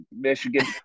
Michigan